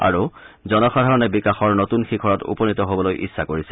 আৰু জনসাধাৰণে বিকাশৰ নতূন শিখৰত উপনীত হবলৈ ইচ্ছা কৰিছে